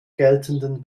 geltenden